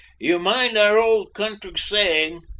you mind our old country saying,